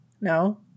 No